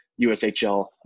USHL